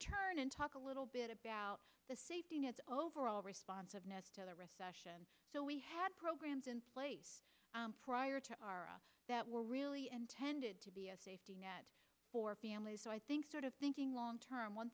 turn in talk a little bit about the safety net overall responsiveness to the recession so we had programs in place prior to our that were really intended to be a safety net for families so i think sort of thinking long term one